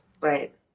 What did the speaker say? Right